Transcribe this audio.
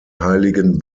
heiligen